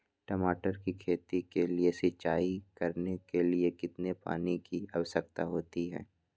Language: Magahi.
टमाटर की खेती के लिए सिंचाई करने के लिए कितने पानी की आवश्यकता होती है?